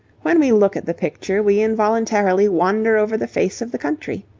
when we look at the picture we involuntarily wander over the face of the country.